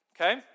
Okay